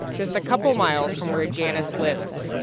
just a couple miles from where janice lives.